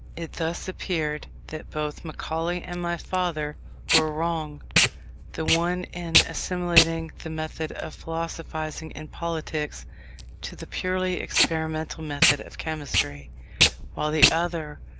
it thus appeared, that both macaulay and my father were wrong the one in assimilating the method of philosophizing in politics to the purely experimental method of chemistry while the other,